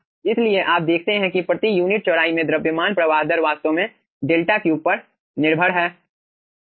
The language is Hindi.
इसलिए आप देखते हैं कि प्रति यूनिट चौड़ाई में द्रव्यमान प्रवाह दर वास्तव में 𝛿3 पर निर्भर है